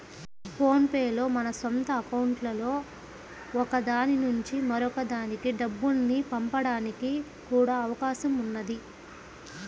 phone pay లో మన సొంత అకౌంట్లలో ఒక దాని నుంచి మరొక దానికి డబ్బుల్ని పంపడానికి కూడా అవకాశం ఉన్నది